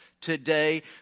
today